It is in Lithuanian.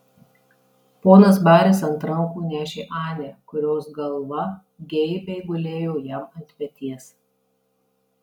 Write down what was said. ponas baris ant rankų nešė anę kurios galva geibiai gulėjo jam ant peties